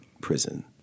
prison